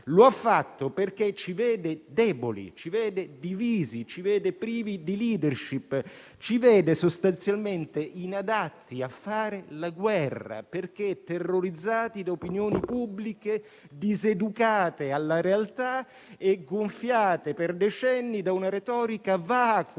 Lo ha fatto perché ci vede deboli, divisi e privi di *leadership.* Ci vede sostanzialmente inadatti a fare la guerra, perché terrorizzati da opinioni pubbliche diseducate alla realtà e gonfiate per decenni da una retorica vacua